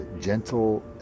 gentle